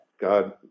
God